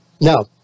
No